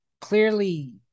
clearly